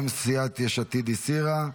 גם סיעת יש עתיד הסירה.